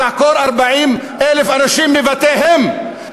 לעקור 40,000 אנשים מבתיהם,